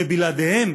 ובלעדיהם,